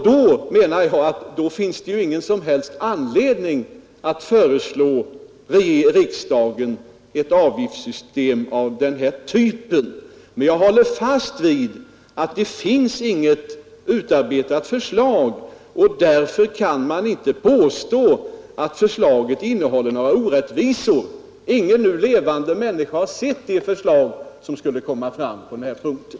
Då finns det enligt min mening inte någon anledning att föreslå riksdagen ett avgiftssystem av den här typen. Men jag håller fast vid att det inte finns något utarbetat förslag, och därför kan man inte heller påstå att det innehåller några orättvisor. Ingen nu levande människa har sett det förslag som skulle utarbetas av särskilda utredningsmän.